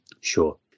Sure